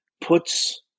puts